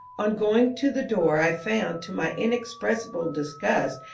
on going to the door i found, to my inexpressible disgust,